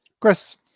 Chris